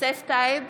יוסף טייב,